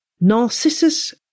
Narcissus